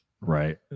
Right